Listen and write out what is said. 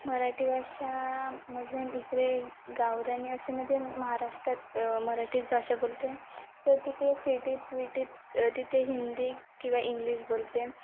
मराठी भाषा म्हणजे इकडे गावरानी असे म्हणजे महाराष्ट्रात मराठीच भाषा बोलते तर तिकडे सिटीत विटीत तिथे हिंदी किंवा इंग्लिश बोलते